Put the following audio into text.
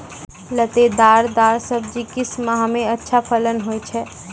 लतेदार दार सब्जी किस माह मे अच्छा फलन होय छै?